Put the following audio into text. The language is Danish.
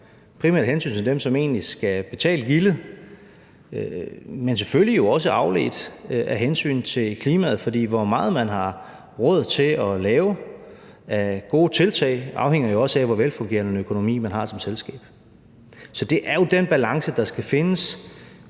primært af hensyn til dem, som egentlig skal betale gildet, men selvfølgelig også på en afledt måde af hensyn til klimaet. For hvor meget man har råd til at lave af gode tiltag, afhænger jo også af, hvor velfungerende en økonomi man har som selskab. Så det er jo den balance, der skal findes